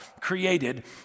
created